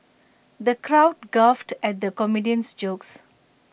the crowd guffawed at the comedian's jokes